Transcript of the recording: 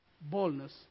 boldness